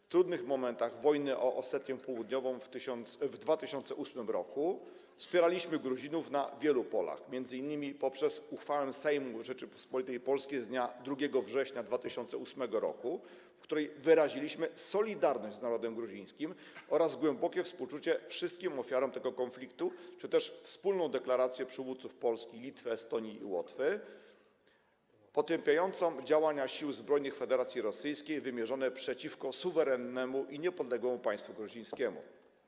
W trudnych momentach wojny o Osetię Południową w 2008 r. wspieraliśmy Gruzinów na wielu polach, m.in. poprzez uchwałę Sejmu Rzeczypospolitej Polskiej z dnia 2 września 2008 r., w której wyraziliśmy solidarność z narodem gruzińskim oraz głębokie współczucie wszystkim ofiarom tego konfliktu, czy też wspólną deklarację przywódców Polski, Litwy, Estonii i Łotwy potępiającą działania sił zbrojnych Federacji Rosyjskiej wymierzone przeciwko suwerennemu i niepodległemu państwu gruzińskiemu.